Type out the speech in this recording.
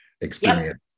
experience